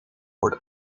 wordt